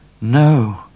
No